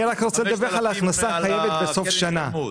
אני רק רוצה לדווח על ההכנסה החייבת בסוף שנה.